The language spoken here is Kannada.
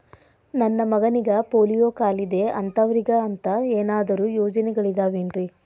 ನನ್ನ ಮಗನಿಗ ಪೋಲಿಯೋ ಕಾಲಿದೆ ಅಂತವರಿಗ ಅಂತ ಏನಾದರೂ ಯೋಜನೆಗಳಿದಾವೇನ್ರಿ?